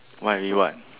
why we want